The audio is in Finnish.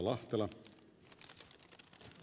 arvoisa puhemies